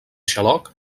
xaloc